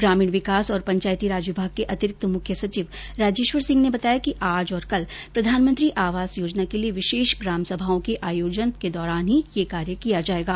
ग्रामीण विकास और पंचायती राज विभाग के अतिरिक्त मुख्य सचिव राजेश्वर सिंह ने बताया कि आज और कल प्रधानमंत्री आवास योजना के लिए विशेष ग्राम सभाओं के आयोजन के दौरान ही ये कार्य किया जाएगा